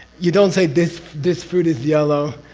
you don't say, this. this fruit is yellow.